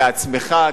לעצמך,